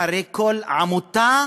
אחרי כל עמותה,